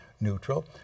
neutral